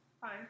fine